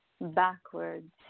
backwards